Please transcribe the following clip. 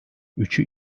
üçü